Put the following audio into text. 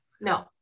No